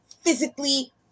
physically